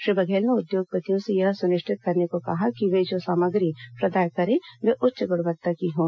श्री बघेल ने उद्योगपतियों से यह सुनिश्चित करने को कहा कि वे जो सामग्री प्रदाय करें वे उच्च गुणवत्ता की हों